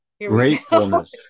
Gratefulness